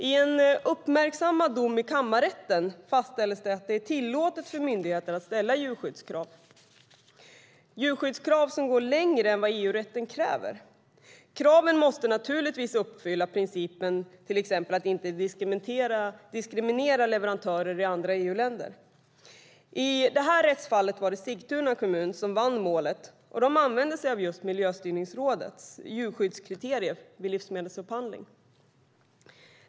I en uppmärksammad dom i kammarrätten fastställdes det att det är tillåtet för myndigheter att ställa djurskyddskrav som går längre än vad EU-rätten kräver. Kraven måste naturligtvis uppfylla till exempel principen att inte diskriminera leverantörer i andra länder. I detta rättsfall var det Sigtuna kommun som vann målet, och där använde man sig av just Miljöstyrningsrådets djurskyddskriterier vid livsmedelsupphandling.